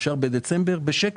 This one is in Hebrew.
אפשר בדצמבר בשקט.